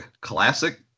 classic